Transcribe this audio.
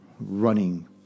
running